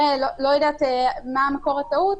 לא יודעת מה מקור הטעות,